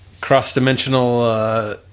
cross-dimensional